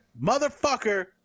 motherfucker